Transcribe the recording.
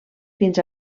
fins